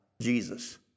Jesus